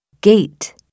Gate